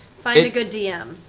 find a good dm.